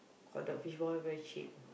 hot dog fishball very cheap